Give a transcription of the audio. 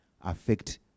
affect